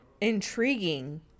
intriguing